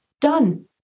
Done